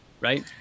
Right